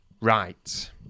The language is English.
Right